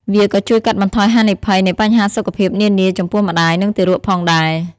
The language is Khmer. វាក៏ជួយកាត់បន្ថយហានិភ័យនៃបញ្ហាសុខភាពនានាចំពោះម្តាយ និងទារកផងដែរ។